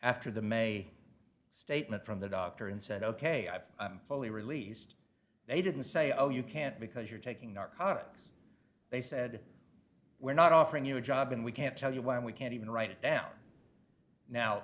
after the may statement from the doctor and said ok i've only released they didn't say oh you can't because you're taking narcotics they said we're not offering you a job and we can't tell you when we can't even write it down now